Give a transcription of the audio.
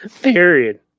Period